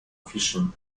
fishing